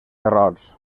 errors